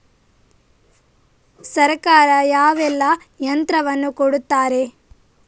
ಸರ್ಕಾರ ಯಾವೆಲ್ಲಾ ಯಂತ್ರವನ್ನು ಕೊಡುತ್ತಾರೆ?